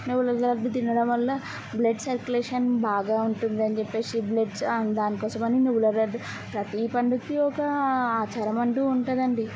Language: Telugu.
నువ్వుల లడ్లు తినడం వల్ల బ్లడ్ సర్క్యులేషన్ బాగా ఉంటుందని చేప్పేసి బ్లడ్ దాని కోసం అని నువ్వుల లడ్డు ప్రతీ పండక్కి ఒకా ఆచారం అంటు ఉంటుందండి